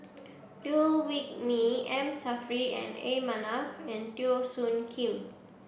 Liew Wee Mee M Saffri A Manaf and Teo Soon Kim